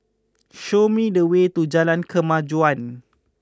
show me the way to Jalan Kemajuan